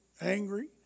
Angry